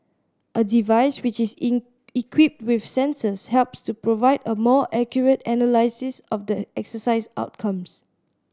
a device which is in equipped with sensors helps to provide a more accurate analysis of the exercise outcomes